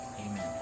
Amen